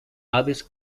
aves